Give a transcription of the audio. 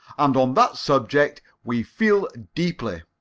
and on that subject we feel deeply.